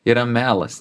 yra melas